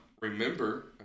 remember